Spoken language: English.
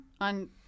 on